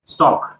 Stock